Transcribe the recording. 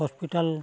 hospital